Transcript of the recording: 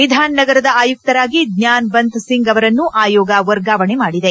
ಬಿಧಾನ್ನಗರದ ಆಯುಕ್ತರಾಗಿ ಜ್ವಾನಬಂತ್ ಸಿಂಗ್ ಅವರನ್ನು ಆಯೋಗ ವರ್ಗಾವಣೆ ಮಾಡಿದೆ